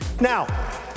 now